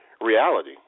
Reality